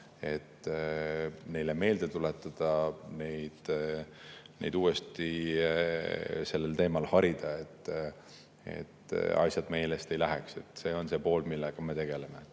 oskused] meelde tuletada ning neid uuesti sellel teemal harida, et asjad meelest ei läheks. See on see pool, millega me tegeleme.